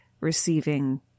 receiving